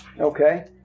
Okay